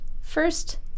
First